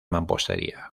mampostería